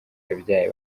yabyaye